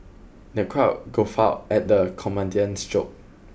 the crowd guffawed at the comedian's joke